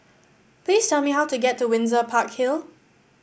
please tell me how to get to Windsor Park Hill